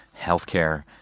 healthcare